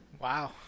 Wow